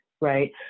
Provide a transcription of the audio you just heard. Right